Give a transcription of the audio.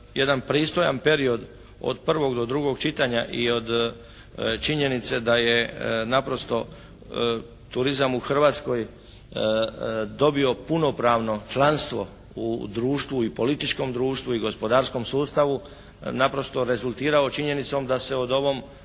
pristojan period od prvog do drugog čitanja i od činjenice da je naprosto turizam u Hrvatskoj dobio punopravno članstvo u društvu i političkom društvu i gospodarskom sustavu naprosto rezultirao činjenicom da se o ovom